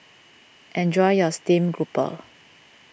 enjoy your Steamed Grouper